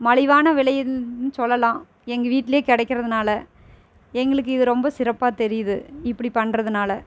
மலிவான விலைன் சொல்லலாம் எங்கள் வீட்டில் கிடக்கிறதுனால எங்களுக்கு இது ரொம்ப சிறப்பாக தெரியுது இப்படி பண்ணுறதுனால